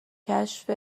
کشف